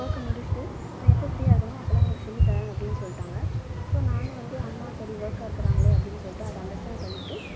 so வர்க்கை முடிச்சுட்டு நான் எப்போ ஃப்ரீயாக இருக்கேனோ அப்போலாம் உனக்கு சொல்லித்தரேன் அப்படின்னு சொல்லிட்டாங்க ஸோ நானும் வந்து அம்மா சரி வர்க்கா இருக்கிறாங்களே அப்படின்னு சொல்லிவிட்டு அதை அண்டர்ஸ்டாண்ட் பண்ணிகிட்டு